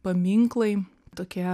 paminklai tokie